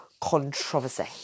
controversy